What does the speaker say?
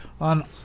on